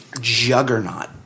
juggernaut